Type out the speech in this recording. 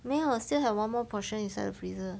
没有 still have one more portion inside the freezer